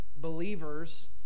believers